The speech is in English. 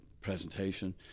presentation